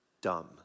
dumb